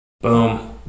Boom